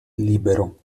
libero